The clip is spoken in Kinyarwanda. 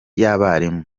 y’abarimu